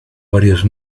varios